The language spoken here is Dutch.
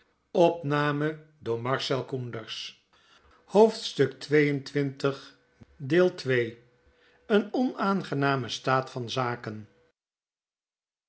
een onaangename staat van zaken